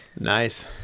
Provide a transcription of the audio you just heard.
nice